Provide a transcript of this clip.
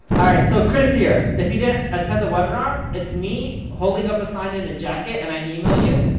alright, so chris here, if he didn't attend the webinar, it's me holding up a sign in a jacket, and i email you,